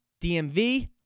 DMV